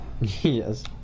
Yes